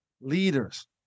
leaders